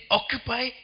occupy